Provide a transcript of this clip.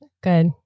Good